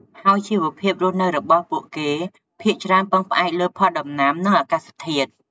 ហើយជីវភាពរបស់ពួកគេភាគច្រើនពឹងផ្អែកលើផលដំណាំ និងអាកាសធាតុ។